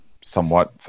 somewhat